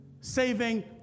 saving